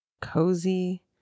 cozy